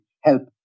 help